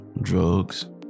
drugs